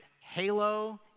halo